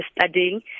studying